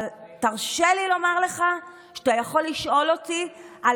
אבל תרשה לי לומר לך שאתה יכול לשאול אותי על